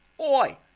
Oi